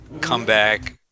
comeback